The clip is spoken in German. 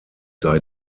sei